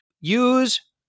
Use